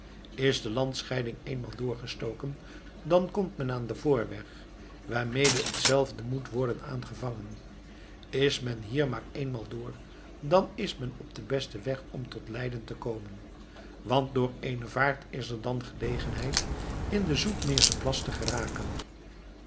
is de landscheiding eenmaal doorgestoken dan komt men aan den voorweg waarmede hetzelfde moet worden aangevangen is men hier maar eenmaal door dan is men op den besten weg om tot leiden te komen want door eene vaart is er dan gelegenheid in den zoetermeerschen plas te geraken